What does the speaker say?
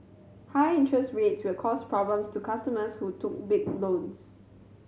high interest rates will cause problems to customers who took big loans